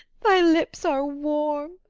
thy lips are warm!